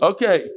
Okay